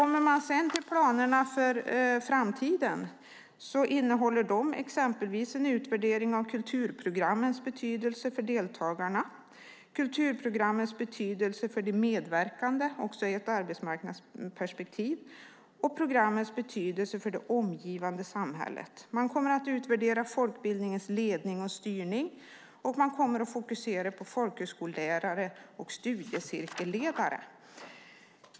Planerna för framtiden innehåller en utvärdering av kulturprogrammens betydelse för deltagarna, kulturprogrammens betydelse för de medverkande också i ett arbetsmarknadsperspektiv och kulturprogrammens betydelse för det omgivande samhället. Man kommer att utvärdera folkbildningens ledning och styrning, och man kommer att fokusera på folkhögskolelärare och studiecirkelledare.